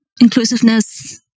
Inclusiveness